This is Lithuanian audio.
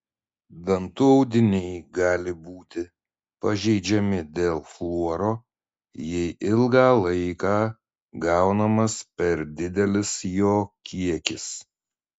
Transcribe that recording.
dantų audiniai gali būti pažeidžiami dėl fluoro jei ilgą laiką gaunamas per didelis jo kiekis